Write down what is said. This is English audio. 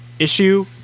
issue